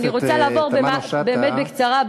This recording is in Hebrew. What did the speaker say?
אני רוצה לעבור באמת בקצרה,